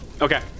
Okay